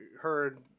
heard